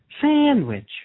Sandwich